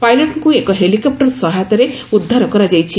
ପାଇଲଟଙ୍କୁ ଏକ ହେଲିକପୂର ସହାୟତାରେ ଉଦ୍ଧାର କରାଯାଇଛି